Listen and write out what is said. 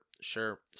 sure